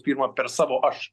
pirmą per savo aš